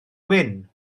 wyn